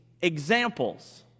examples